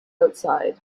outside